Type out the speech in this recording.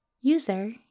User